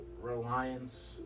reliance